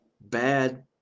bad